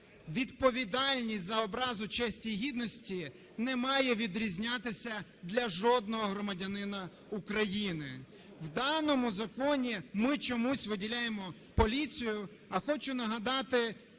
Відповідальність за образу честі і гідності не має відрізнятися для жодного громадянина України. У даному законі ми чомусь виділяємо поліцію. А хочу нагадати